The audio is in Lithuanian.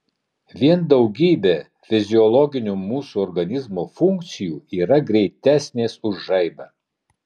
vien daugybė fiziologinių mūsų organizmo funkcijų yra greitesnės už žaibą